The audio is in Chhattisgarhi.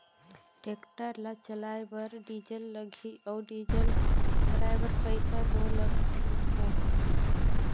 टेक्टर ल चलाए बर डीजल लगही अउ डीजल भराए बर पइसा दो लगते अहे